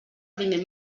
primer